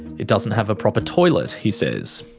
it doesn't have a proper toilet, he says.